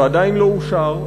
ועדיין לא אושר,